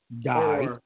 die